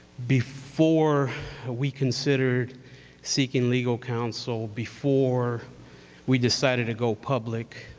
before we considered seeking legal council, before we decided to go public,